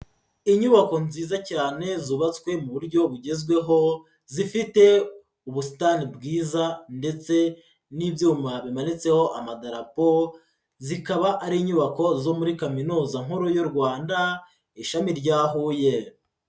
Inyubako nziza cyane zubatswe mu buryo bugezweho, zifite ubusitani bwiza ndetse n'ibyuma bimanitseho amadarapo, zikaba ari inyubako zo muri Kaminuza Nkuru y'u Rwanda, ishami rya Huye.